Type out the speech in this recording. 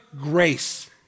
Grace